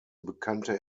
bekannte